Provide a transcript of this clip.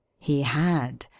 he had,